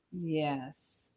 Yes